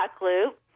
loop